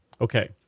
Okay